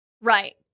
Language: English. Right